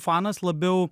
fanas labiau